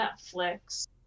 Netflix